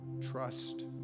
trust